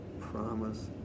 promise